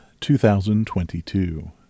2022